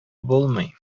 булмый